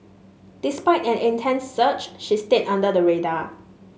despite an intense search she stayed under the radar